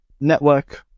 network